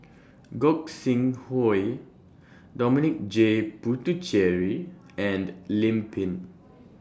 Gog Sing Hooi Dominic J Puthucheary and Lim Pin